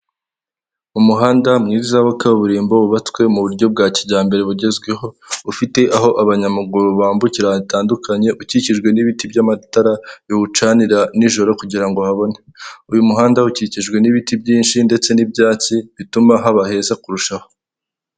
Umuhanda mwiza wa kaburimbo wubatswe mu buryo bwa kijyambere bugezweho; ufite aho abanyamaguru bambukira hatandunye, ukikijwe n'ibiti by'amatara biwucanira nijoro kugira ngo habone, uyu muhanda ukikijwe n'ibiti byinshi ndetse n'ibyatsi bituma haba heza kurushaho.